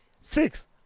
six